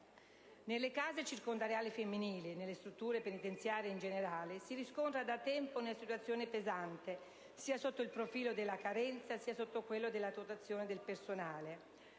Nelle case circondariali femminili e nelle strutture penitenziarie in generale, si riscontra da tempo una situazione pesante, sia sotto il profilo della capienza, che sotto quello della dotazione del personale.